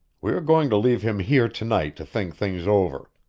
we are going to leave him here to-night to think things over.